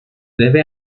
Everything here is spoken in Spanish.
debe